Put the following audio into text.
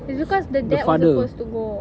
it's because the dad was supposed to go